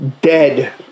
Dead